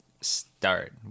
start